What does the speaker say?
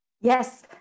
Yes